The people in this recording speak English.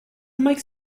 makes